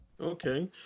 Okay